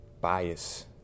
bias